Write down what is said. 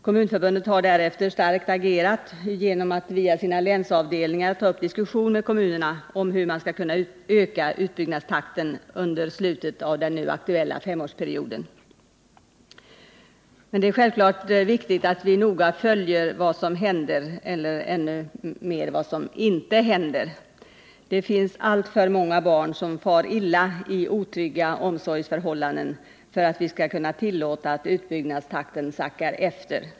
Kommunförbundet har därefter starkt agerat genom att via sina länsavdelningar ta upp en diskussion med kommunerna om hur man skall kunna öka utbyggnadstakten under slutet av den nu aktuella femårsperioden. Men det är självklart viktigt att vi noga följer vad som händer och ännu mer vad som inte händer. Det finns alltför många barn som far illa i otrygga omsorgsförhållanden för att vi skall kunna tillåta att utbyggnadstakten sackar efter.